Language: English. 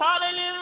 hallelujah